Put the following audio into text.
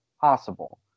possible